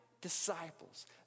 disciples